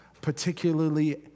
particularly